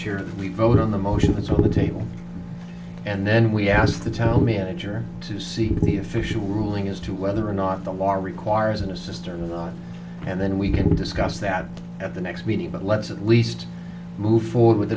sure we vote on the motion that's what the table and then we asked the tell me enter to see the official ruling as to whether or not the law requires an a sister in law and then we can discuss that at the next meeting but let's at least move forward with